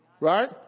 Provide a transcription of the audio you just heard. Right